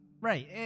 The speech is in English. Right